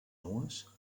nues